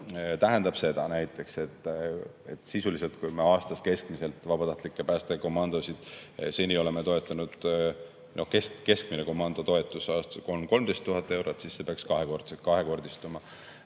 tähendab seda, et sisuliselt, kui me vabatahtlikke päästekomandosid seni oleme toetanud nii, et keskmine komando toetus aastas on 13 000 eurot, siis see peaks kahekordistuma.